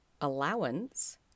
allowance